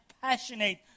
passionate